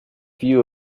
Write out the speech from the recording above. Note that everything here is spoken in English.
view